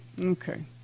Okay